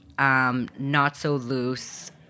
not-so-loose